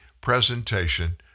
presentation